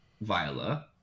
Viola